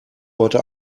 heute